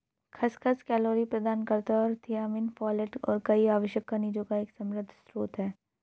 खसखस कैलोरी प्रदान करता है और थियामिन, फोलेट और कई आवश्यक खनिजों का एक समृद्ध स्रोत है